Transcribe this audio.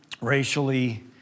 racially